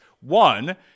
One